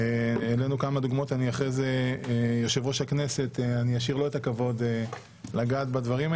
אשאיר ליושב-ראש הכנסת את הכבוד לפרט.